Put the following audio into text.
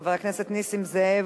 חבר הכנסת נסים זאב,